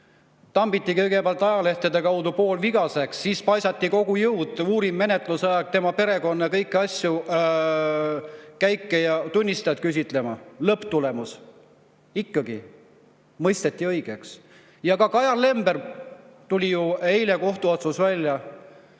tambiti kõigepealt ajalehtede kaudu poolvigaseks, ja siis paisati kogu jõud menetlusajal tema perekonna kõiki asju ja käike [uurima] ja tunnistajaid küsitlema. Lõpptulemus: ikkagi mõisteti õigeks. Ka Kajar Lemberi suhtes tuli ju eile kohtuotsus välja.